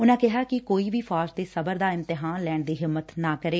ਉਨਾਂ ਕਿਹਾ ਕਿ ਕੋਈ ਵੀ ਫੌਜ ਦੇ ਸਬਰ ਦਾ ਇਮਤਿਹਾਨ ਲੈਣ ਦੀ ਹਿੰਮਤ ਨਾ ਕਰੇ